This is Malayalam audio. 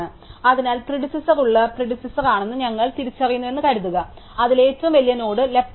അതിനാൽ പ്രിഡിസെസാർ ഉള്ള പ്രിഡിസെസാർ ആണെന്ന് ഞങ്ങൾ തിരിച്ചറിയുന്നുവെന്ന് കരുതുക അതിൽ ഏറ്റവും വലിയ നോഡ് ലെഫ്റ് സബ് ട്രീ എന്നതാണ്